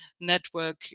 network